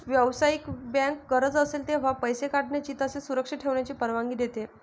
व्यावसायिक बँक गरज असेल तेव्हा पैसे काढण्याची तसेच सुरक्षित ठेवण्याची परवानगी देते